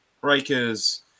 breakers